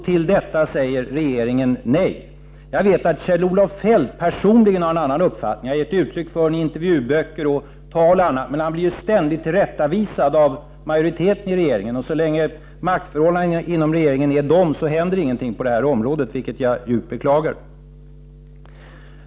Till detta säger regeringen nej. Jag vet att Kjell-Olof Feldt personligen har en annan uppfattning. Han har gett uttryck för den i intervjuböcker, i tal m.m., men han blir ständigt tillrättavisad av majoriteten i regeringen. Så länge maktförhållandena inom regeringen är sådana händer ingenting på detta område, vilket jag djupt beklagar.